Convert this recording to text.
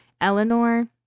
eleanor